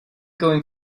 going